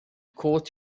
caught